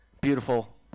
beautiful